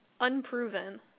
Unproven